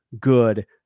good